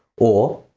or,